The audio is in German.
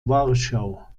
warschau